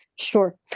Sure